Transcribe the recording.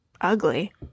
ugly